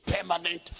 Permanent